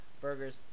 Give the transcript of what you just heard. Burgers